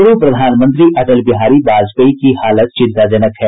पूर्व प्रधानमंत्री अटल बिहारी वाजपेयी की हालत चिंताजनक है